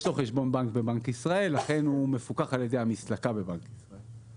יש לו חשבון בנק בבנק ישראל ולכן הוא מפוקח על-ידי המסלקה בבנק ישראל.